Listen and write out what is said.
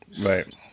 Right